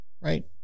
Right